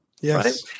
Yes